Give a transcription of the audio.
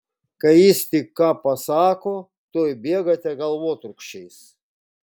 kai jis tik ką pasako tuoj bėgate galvotrūkčiais